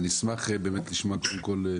אני אשמח לשמוע את מר